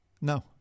No